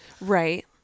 Right